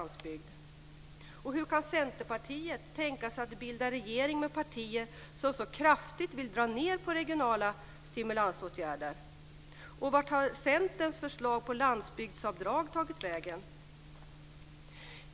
Hur kan Centerpartiet tänka sig att bilda regering med partier som så kraftigt vill dra ned på regionala stimulansåtgärder? Vart har Centerns förslag om landsbygdsavdrag tagit vägen?